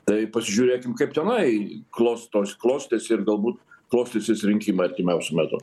tai pažiūrėkim kaip tenai klostos klostėsi ir galbūt klostysis rinkimai artimiausiu metu